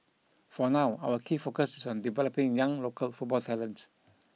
for now our key focus is on developing young local football talent